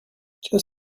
qu’est